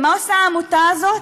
ומה עושה העמותה הזאת,